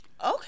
Okay